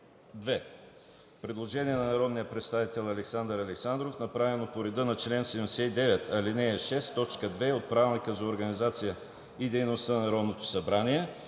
има предложение на народния представител Александър Александров, направено по реда на чл. 79, ал. 6, т. 2 от Правилника за организацията и дейността на Народното събрание.